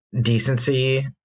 Decency